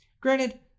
Granted